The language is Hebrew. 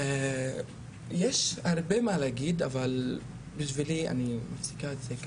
יש הרבה מה להגיד, אבל בשבילי אני מחזיקה את זה.